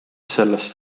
sellest